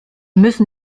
müssen